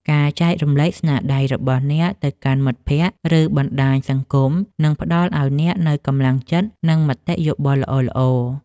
ការចែករំលែកស្នាដៃរបស់អ្នកទៅកាន់មិត្តភក្តិ ឬ បណ្តាញសង្គមនឹងផ្តល់ឱ្យអ្នកនូវកម្លាំងចិត្ត និង មតិយោបល់ល្អៗ។